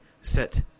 set